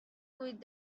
with